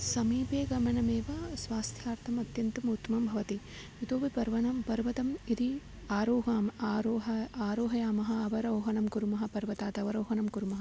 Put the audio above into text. समीपे गमनमेव स्वास्थ्यर्थम् अत्यन्तम् उत्तमं भवति इतोऽपि पर्वतं पर्वतं यदि आरोहणम् आरोहणम् आरोहयामः अवरोहण कुर्मः पर्वतात् अवरोहणं कुर्मः